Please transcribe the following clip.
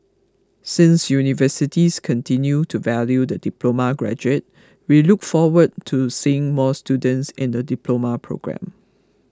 since universities continue to value the diploma graduate we look forward to seeing more students in the Diploma programme